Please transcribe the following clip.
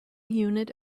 unit